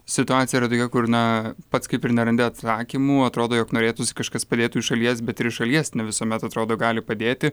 situacija yra tokia kur na pats kaip ir nerandi atsakymų atrodo jog norėtųsi kažkas padėtų iš šalies bet ir šalies ne visuomet atrodo gali padėti